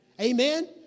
Amen